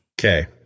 Okay